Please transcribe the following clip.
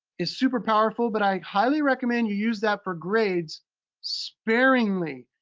it's super powerful, but i highly recommend you use that for grades sparingly.